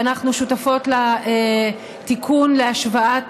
ואנחנו שותפות לתיקון להשוואת